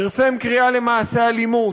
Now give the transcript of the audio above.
פרסם קריאה למעשי אלימות.